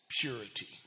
purity